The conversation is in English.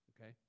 okay